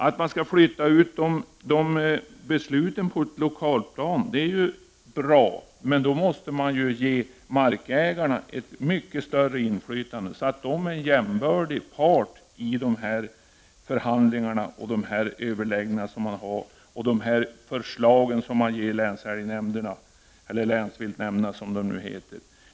Att man flyttar ut besluten till lokalplanet är ju bra. Men då måste markägarna få ett mycket större inflytande, så att de blir en jämbördig part i de överläggningar man har och när det gäller de förslag som lämnas till länsviltnämnderna.